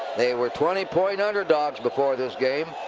they were twenty point underdogs before this game.